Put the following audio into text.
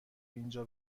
اینجا